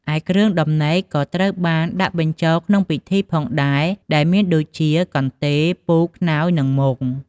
ឯគ្រឿងដំណេកក៏ត្រូវបានដាក់បញ្ចូលក្នុងពិធីផងដែរ ដែលមានដូចជា កន្ទេល ពូក ខ្នើយ និងមុង។